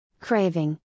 Craving